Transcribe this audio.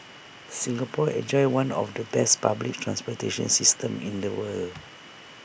Singapore enjoys one of the best public transportation systems in the world